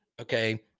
Okay